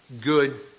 good